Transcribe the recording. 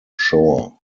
shore